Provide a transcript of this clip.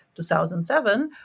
2007